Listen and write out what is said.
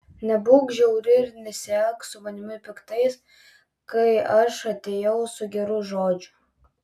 nebūk žiauri ir nesielk su manimi piktai kai aš atėjau su geru žodžiu